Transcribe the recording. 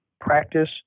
practice